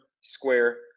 Square